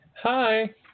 Hi